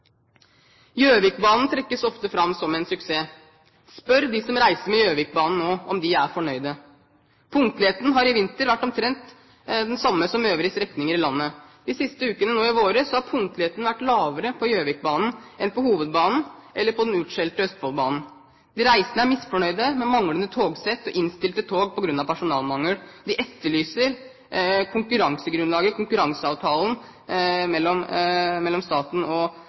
Gjøvikbanen trekkes ofte fram som en suksess. Spør dem som reiser med Gjøvikbanen nå, om de er fornøyde. Punktligheten har i vinter vært omtrent den samme som øvrige strekninger i landet. De siste ukene nå i vår har punktligheten vært lavere på Gjøvikbanen enn på hovedbanen eller på den utskjelte Østfoldbanen. De reisende er misfornøyde med manglende togsett og innstilte tog på grunn av personalmangel. De etterlyser konkurransegrunnlaget, konkurranseavtalen mellom staten og